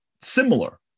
similar